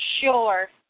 Sure